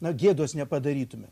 na gėdos nepadarytume